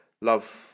love